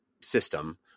system